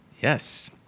Yes